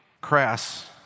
crass